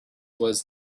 was